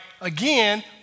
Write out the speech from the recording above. again